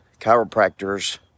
chiropractors